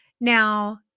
Now